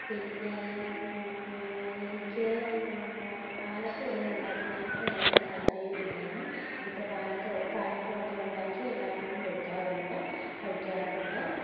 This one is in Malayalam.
പിന്നെ എനിക്ക് പാലപ്പം ഒന്നും ഉണ്ടാക്കുന്നതിനോട് നേരത്തെ താൽപര്യം ഇല്ലായിരുന്നു ഇപ്പം പാലക്ക പാലപ്പം ഒക്കെ ഉണ്ടാക്കി എല്ലാവർക്കും കൊടുക്കാറുണ്ട് കഴിക്കാറുണ്ട്